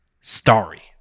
Starry